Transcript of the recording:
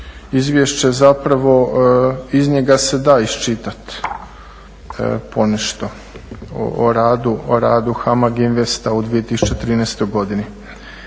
izvješće zapravo, iz njega se da iščitati ponešto o radu HAMAG INVEST-a u 2013. godini.